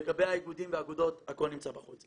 לגבי האיגודים והאגודות, הכול נמצא בחוץ.